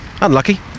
Unlucky